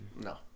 No